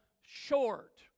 short